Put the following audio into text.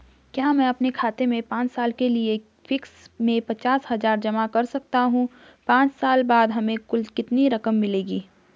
क्या मैं अपने खाते में पांच साल के लिए फिक्स में पचास हज़ार जमा कर सकता हूँ पांच साल बाद हमें कुल कितनी रकम मिलेगी?